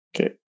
Okay